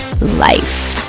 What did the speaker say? life